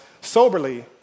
soberly